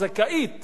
לא בוודאות,